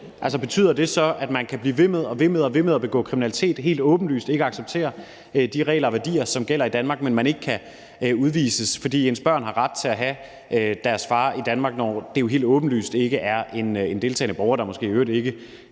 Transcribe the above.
Altså, betyder det, at man kan blive ved med at begå kriminalitet helt åbenlyst og ikke acceptere de regler og værdier, som gælder i Danmark, uden at man kan udvises, fordi ens børn har ret til at have deres far i Danmark, når det helt åbenlyst ikke drejer sig om en deltagende borger, som måske i øvrigt ikke har særlige relationer